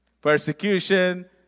Persecution